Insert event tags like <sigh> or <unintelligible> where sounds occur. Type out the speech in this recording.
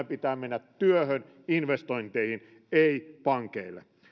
<unintelligible> pitää mennä työhön ja investointeihin ei pankeille